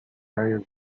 daje